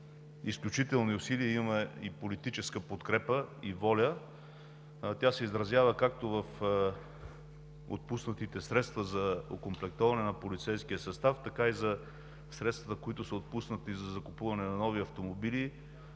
изключителни усилия, имаме политическа подкрепа и воля, тя се изразява както в отпуснатите средства за окомплектоване на полицейския състав, така и за средствата, които са отпуснати за закупуване на нови автомобили,